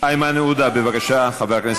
את יודעת מי קיזז